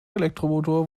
elektromotor